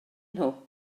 nhw